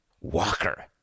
Walker